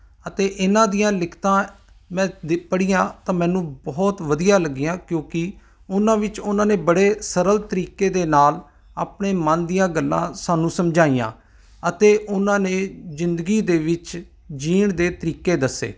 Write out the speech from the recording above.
ਅਤੇ ਇਹਨਾਂ ਦੀਆਂ ਲਿਖਤਾਂ ਮੈਂ ਪੜ੍ਹੀਆਂ ਤਾਂ ਮੈਨੂੰ ਬਹੁਤ ਵਧੀਆ ਲੱਗੀਆਂ ਕਿਉਂਕਿ ਉਹਨਾਂ ਵਿੱਚ ਉਹਨਾਂ ਨੇ ਬੜੇ ਸਰਲ ਤਰੀਕੇ ਦੇ ਨਾਲ ਆਪਣੇ ਮਨ ਦੀਆਂ ਗੱਲਾਂ ਸਾਨੂੰ ਸਮਝਾਈਆਂ ਅਤੇ ਉਹਨਾਂ ਨੇ ਜ਼ਿੰਦਗੀ ਦੇ ਵਿੱਚ ਜੀਣ ਦੇ ਤਰੀਕੇ ਦੱਸੇ